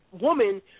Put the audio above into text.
woman